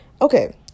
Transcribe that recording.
Okay